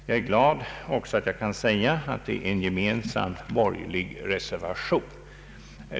Jag är också glad att kunna säga att det är en gemensam borgerlig reservation.